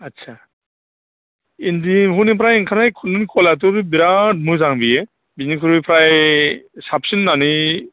आच्चा इन्दि एम्फौनिफ्राय ओंखारनाय खुन्दुं खलायाथ' बे बिराद मोजां बेयो बिनिख्रुइ फ्राय साबसिन होननानै